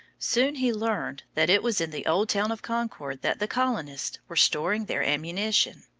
soon he learned that it was in the old town of concord that the colonists were storing their ammunition.